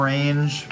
Range